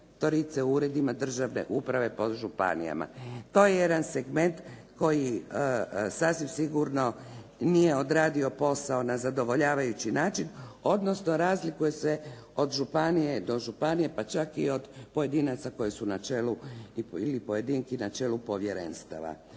u uredima državne uprave po županijama. To je jedan segment koji sasvim sigurno nije odradio posao na zadovoljavajući način, odnosno razlikuje se od županije do županije, pa čak i od pojedinaca koji su na čelu ili pojedinki koji su na čelu povjerenstava.